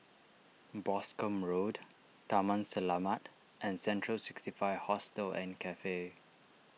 Boscombe Road Taman Selamat and Central sixty five Hostel and Cafe